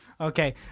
Okay